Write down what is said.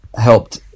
helped